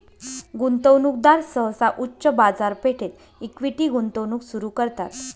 गुंतवणूकदार सहसा उच्च बाजारपेठेत इक्विटी गुंतवणूक सुरू करतात